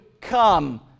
come